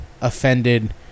offended